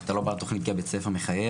אתה בא לתכנית כי הבית ספר מחייב.